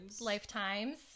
Lifetimes